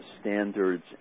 standards